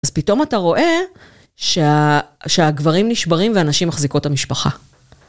אז פתאום אתה רואה שהגברים נשברים והנשים מחזיקות את המשפחה.